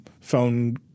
phone